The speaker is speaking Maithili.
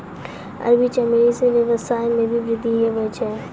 अरबी चमेली से वेवसाय मे भी वृद्धि हुवै छै